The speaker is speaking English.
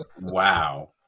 wow